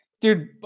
dude